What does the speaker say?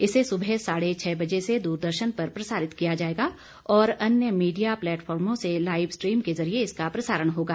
इसे सुबह साढ़े छह बजे से दूरदर्शन पर प्रसारित किया जाएगा और अन्य मीडिया प्लेटफार्मो से लाइव स्ट्रीम के जरिए इसका प्रसारण होगा